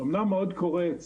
אומנם מאוד קורץ